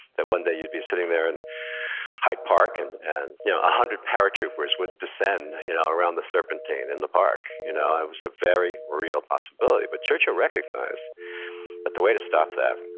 that one day you'd be sitting there in hyde park and one and yeah hundred paratroopers would descend you know around the serpentine in the park. you know it was a very real possibility. but churchill recognized that the way to stop that,